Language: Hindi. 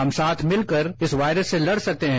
हम साथ हम साथ मिलकर इस वायरस से लड़ सकते हैं